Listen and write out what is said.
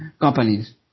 companies